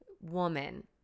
woman